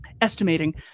estimating